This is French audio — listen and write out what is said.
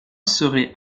serait